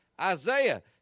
Isaiah